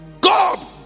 God